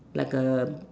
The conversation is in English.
like a